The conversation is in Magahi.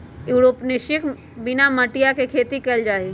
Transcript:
एयरोपोनिक्स में बिना मटिया के खेती कइल जाहई